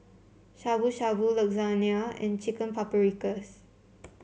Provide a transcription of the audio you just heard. Shabu Shabu Lasagne and Chicken Paprikas